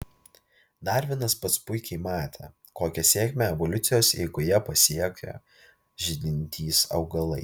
darvinas pats puikiai matė kokią sėkmę evoliucijos eigoje pasiekė žydintys augalai